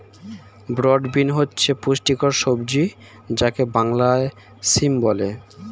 broad bean হচ্ছে পুষ্টিকর সবজি যাকে বাংলায় সিম বলে